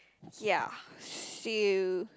ya see you